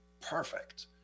perfect